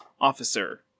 officer